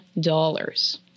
dollars